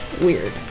weird